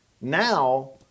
Now